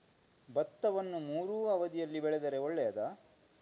ಭತ್ತವನ್ನು ಮೂರೂ ಅವಧಿಯಲ್ಲಿ ಬೆಳೆದರೆ ಒಳ್ಳೆಯದಾ?